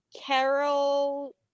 Carol